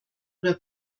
oder